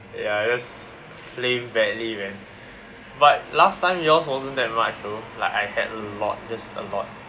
ya just flame badly man but last time yours wasn't that much though like I had a lot just a lot